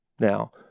now